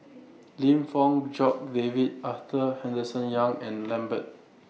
Lim Fong Jock David Arthur Henderson Young and Lambert